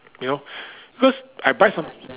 you know because I buy some